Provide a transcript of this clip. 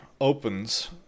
opens